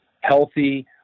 healthy